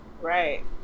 Right